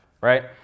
right